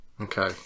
okay